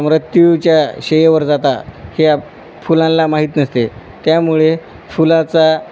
मृत्यूच्या शय्येवर जाता हे फुलांला माहीत नसते त्यामुळे फुलाचा